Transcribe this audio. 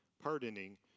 pardoning